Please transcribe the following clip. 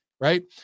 right